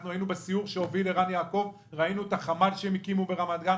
אנחנו היינו בסיור שהוביל ערן יעקב וראינו את החמ"ל שהם הקימו ברמת-גן,